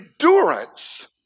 endurance